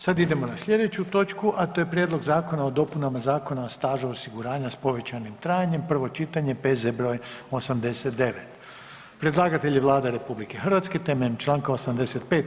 Sad idemo na sljedeću točku, a to je: - Prijedlog zakona o dopunama Zakona o stažu osiguranja s povećanim trajanjem, prvo čitanje, P.Z. br. 89; Predlagatelj je Vlada RH temeljem čl. 85.